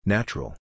Natural